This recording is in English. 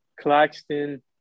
Claxton